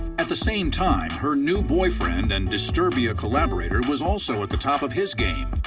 at the same time, her new boyfriend and disturbia collaborator was also at the top of his game.